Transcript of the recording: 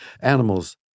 animals